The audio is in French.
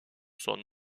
son